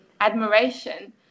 admiration